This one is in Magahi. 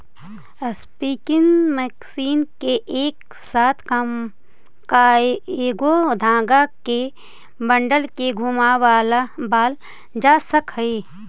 स्पीनिंग मशीन में एक साथ कएगो धाग के बंडल के घुमावाल जा सकऽ हई